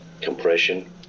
compression